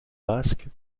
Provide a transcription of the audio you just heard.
basques